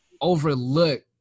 overlook